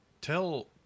tell –